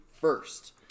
first